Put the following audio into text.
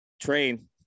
train